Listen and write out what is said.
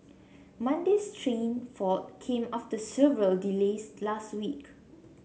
Monday's train fault came after several delays last week